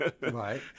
Right